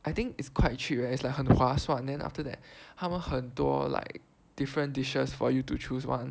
I think is quite cheap leh it's like 很划算 then after that 他们很多 like different dishes for you to choose [one]